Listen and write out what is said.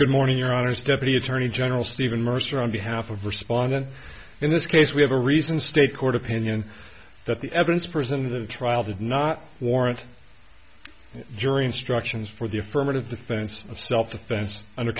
good morning your honor stephanie attorney general stephen mercer on behalf of respondent in this case we have a reason state court opinion that the evidence presented in the trial did not warrant jury instructions for the affirmative defense of self defense under